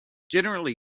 generally